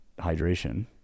hydration